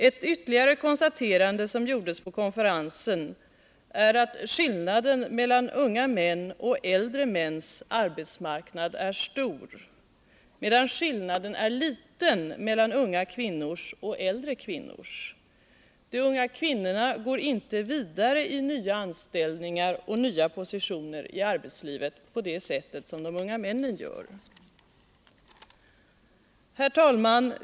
Ett ytterligare konstaterande som gjordes på konferensen är att skillnaden mellan unga mäns och äldre mäns arbetsmarknad är stor, medan skillnaden är liten mellan unga kvinnors och äldre kvinnors arbetsmarknad. De unga kvinnorna går inte vidare i nya anställningar och nya positioner i arbetslivet på det sätt som de unga männen gör. Herr talman!